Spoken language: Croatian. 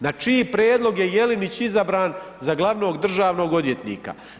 Na čiji prijedlog je Jelinić izabran za glavnog državnog odvjetnika?